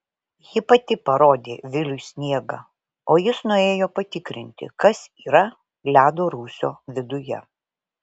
ji pati parodė viliui sniegą o jis nuėjo patikrinti kas yra ledo rūsio viduje